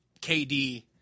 KD